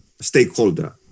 stakeholder